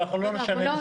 אנחנו לא נשנה את החוק.